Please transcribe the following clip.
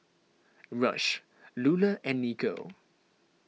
Rush Lulah and Nico